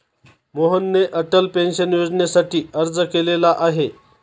मोहनने अटल पेन्शन योजनेसाठी अर्ज केलेला आहे